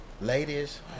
ladies